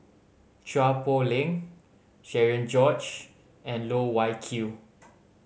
Chua Poh Leng Cherian George and Loh Wai Kiew